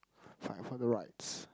Fight for the rights